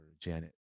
Janet